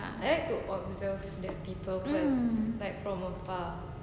mm